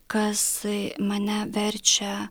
kas mane verčia